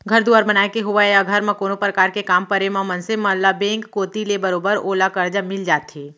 घर दुवार बनाय के होवय या घर म कोनो परकार के काम परे म मनसे मन ल बेंक कोती ले बरोबर ओला करजा मिल जाथे